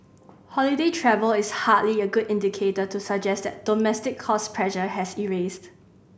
holiday travel is hardly a good indicator to suggest that domestic cost pressure has eased